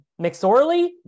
McSorley